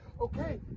okay